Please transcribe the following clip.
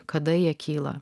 kada jie kyla